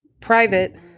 private